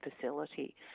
facility